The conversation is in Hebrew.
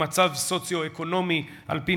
אנחנו